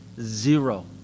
zero